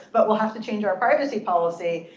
but we'll have to change our privacy policy.